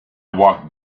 walked